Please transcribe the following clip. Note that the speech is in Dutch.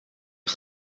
een